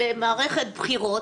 למערכת בחירות,